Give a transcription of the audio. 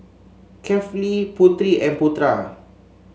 Kefli Putri and Putra